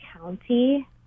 county